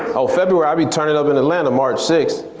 oh february, i'll be turnin' up in atlanta march sixth.